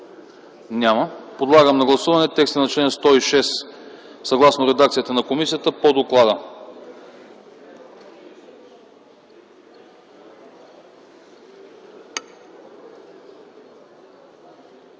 Няма. Подлагам на гласуване текста на чл. 108, съгласно редакцията на комисията по доклада.